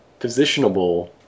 positionable